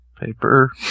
Paper